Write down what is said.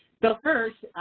so first,